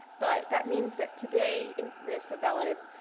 but that means that today, in rio's favelas,